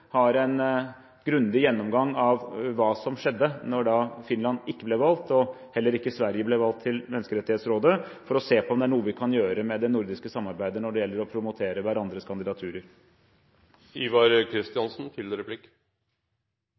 har en grundig gjennomgang av hva som skjedde da Finland, og heller ikke Sverige, ble valgt til Menneskerettighetsrådet, for å se på om det er noe vi kan gjøre med det nordiske samarbeidet når det gjelder å promotere hverandres